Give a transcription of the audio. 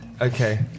Okay